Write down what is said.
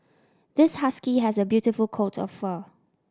this husky has a beautiful coat of fur